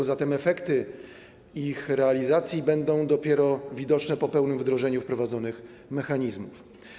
A zatem efekty ich realizacji będą dopiero widoczne po pełnym wdrożeniu wprowadzonych mechanizmów.